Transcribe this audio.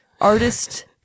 artist